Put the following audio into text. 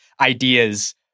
ideas